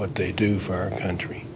what they do for our country